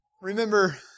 Remember